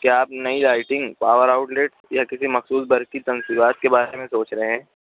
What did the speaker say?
کیا آپ نئی رائٹنگ پاور آؤٹلیٹ یا کسی مخصوص برقی تنصیبات کے بارے میں سوچ رہے ہیں